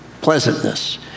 pleasantness